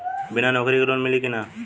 बिना नौकरी के लोन मिली कि ना?